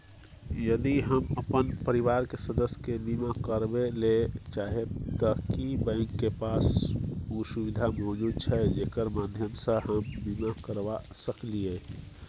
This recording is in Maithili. यदि हम अपन परिवार के सदस्य के बीमा करबे ले चाहबे त की बैंक के पास उ सुविधा मौजूद छै जेकर माध्यम सं हम बीमा करबा सकलियै?